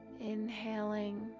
Inhaling